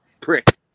prick